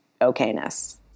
okayness